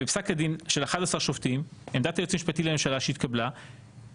בפסק הדין של 11 שופטים עמדת היועץ המשפטי לממשלה שהתקבלה הייתה